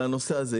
על הנושא הזה.